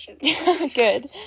Good